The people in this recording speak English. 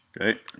Okay